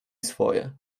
swoje